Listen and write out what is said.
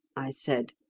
i said,